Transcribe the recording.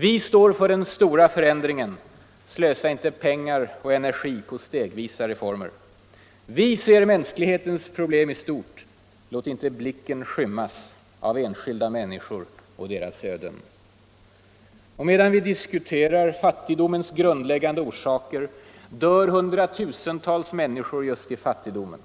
Vi står för den stora förändringen — slösa inte pengar och energi på stegvisa reformer. Vi ser mänsklighetens problem i stort — låt inte blicken skymmas av enskilda människor och deras öden. Och medan vi diskuterar fattigdomens grundläggande orsaker dör hundratusentals människor just i fattigdom.